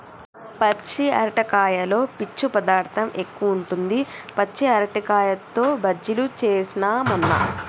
పచ్చి అరటికాయలో పీచు పదార్ధం ఎక్కువుంటది, పచ్చి అరటికాయతో బజ్జిలు చేస్న మొన్న